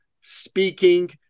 speaking